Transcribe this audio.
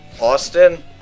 Austin